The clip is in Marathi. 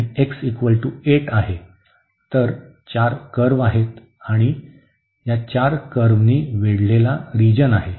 तर चार कर्व्ह आहेत आणि या चार कर्व्हनी वेढलेला रिजन आहे